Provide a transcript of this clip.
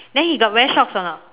then he got wear shorts or not